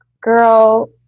Girl